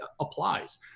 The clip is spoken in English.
applies